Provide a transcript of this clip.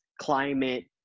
climate